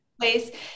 place